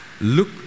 Look